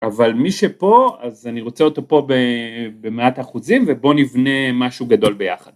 אבל מי שפה אז אני רוצה אותו פה במאה האחוזים ובוא נבנה משהו גדול ביחד